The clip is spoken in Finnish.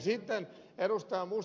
sitten ed